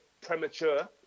premature